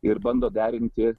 ir bando derinti